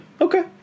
Okay